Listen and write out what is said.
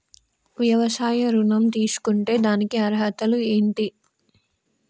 వ్యవసాయ ఋణం తీసుకుంటే దానికి అర్హతలు ఏంటి?